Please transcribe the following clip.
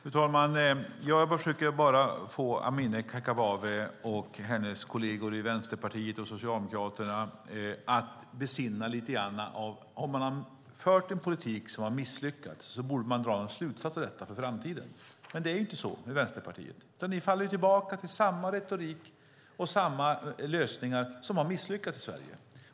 Fru talman! Jag försöker bara få Amineh Kakabaveh och hennes kolleger i Vänsterpartiet och Socialdemokraterna att besinna detta: Om man har fört en politik som var misslyckad borde man dra någon slutsats av det för framtiden. Men det är inte så med Vänsterpartiet. Ni faller tillbaka i den retorik och de lösningar som har misslyckats i Sverige.